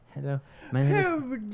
Hello